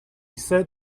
ise